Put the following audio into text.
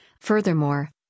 furthermore